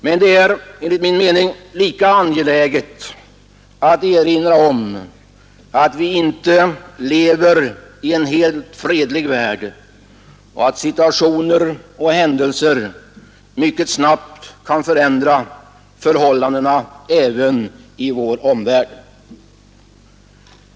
Men det är enligt min mening lika angeläget att erinra om att vi inte lever i en helt fredlig värld och att situationer och händelser mycket snabbt kan förändra förhållandena i denna vår omvärld.